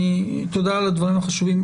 תודה על הדברים החשובים.